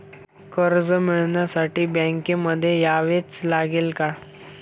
कर्ज मिळवण्यासाठी बँकेमध्ये यावेच लागेल का?